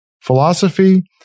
Philosophy